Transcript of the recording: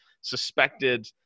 suspected